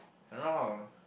I don't know how